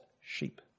sheep